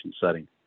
setting